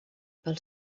pel